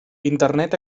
internet